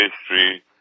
history